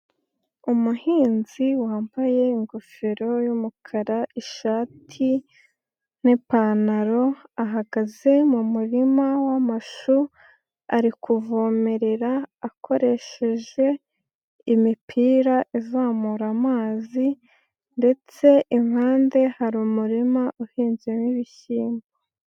Umuhinzi wambaye ingofero y'umukara, ishati n'ipantaro ahagaze mu murima w'amashu ari kuvomerera akoresheje imipira izamura amazi ndetse impande hari umurima uhinzemo ibishyimbo.